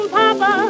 papa